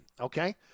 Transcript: Okay